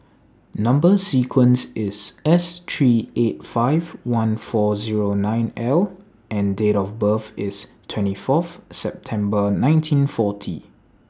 Number sequence IS S three eight five one four Zero nine L and Date of birth IS twenty Fourth September nineteen forty